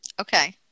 Okay